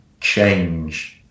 change